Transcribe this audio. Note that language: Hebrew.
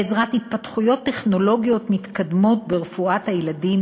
בעזרת התפתחויות טכנולוגיות מתקדמות ברפואת הילדים,